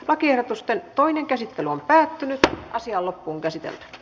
lakiehdotusten toinen käsittely päättyi